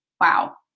wow